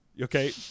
Okay